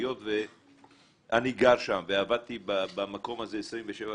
היות ואני גר שם ועבדתי במקום הזה 27 שנים,